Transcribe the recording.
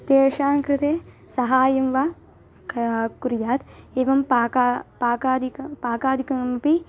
तेषाङ्कृते सहाय्यं वा का कुर्यात् एवं पाक पाकादिकं पाकादिकम् अपि